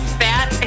fat